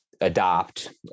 adopt